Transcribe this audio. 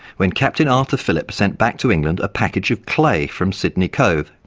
when captain arthur phillip sent back to england a package of clay from sydney cove.